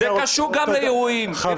זה קשור גם לאירועים, בוודאי שזה קשור.